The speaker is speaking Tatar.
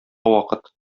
вакыт